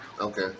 Okay